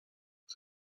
فکر